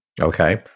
Okay